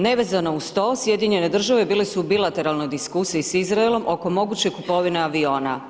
Nevezano uz to Sjedinjene Američke Države bile su u bilateralnoj diskusiji s Izraelom oko moguće kupovine aviona.